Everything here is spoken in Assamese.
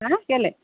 হা কেলৈ